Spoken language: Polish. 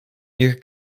niech